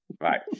right